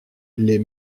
les